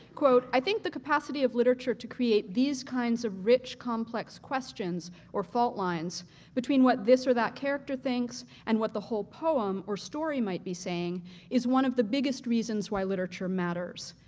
i think the capacity of literature to create these kinds of rich complex questions or fault lines between what this or that character thinks and what the whole poem or story might be saying is one of the biggest reasons why literature matters.